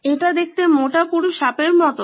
এটি দেখতে মোটা পুরু সাপের মতো